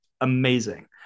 amazing